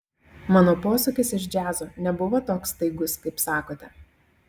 mano posūkis iš džiazo nebuvo toks staigus kaip sakote